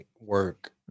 work